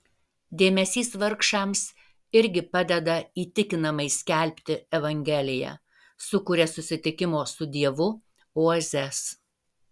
dėmesys vargšams irgi padeda įtikinamai skelbti evangeliją sukuria susitikimo su dievu oazes